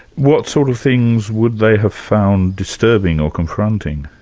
what sort of things would they have found disturbing or confronting?